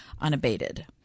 unabated